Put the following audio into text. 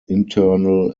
internal